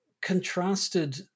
contrasted